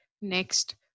next